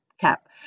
cap